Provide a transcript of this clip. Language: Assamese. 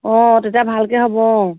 অঁ তেতিয়া ভালকৈ হ'ব অঁ